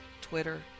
Twitter